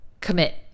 commit